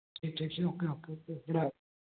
ठीक ठीक ठीक ओके ओके बाय